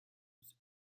lose